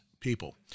people